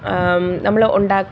നമ്മളുണ്ടാ